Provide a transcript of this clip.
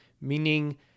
meaning